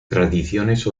tradiciones